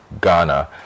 Ghana